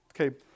Okay